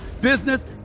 business